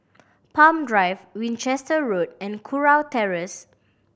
Palm Drive Winchester Road and Kurau Terrace